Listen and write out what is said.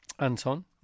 Anton